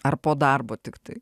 ar po darbo tiktai